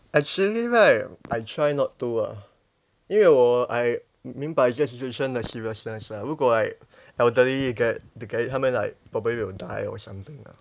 actually right I try not to ah 因为我 I 明白这 situation 的 seriousness lah 如果 like elderly get 他们 like probably will die or something ah